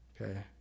Okay